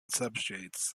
substrates